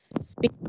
speak